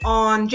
on